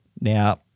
Now